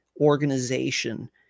organization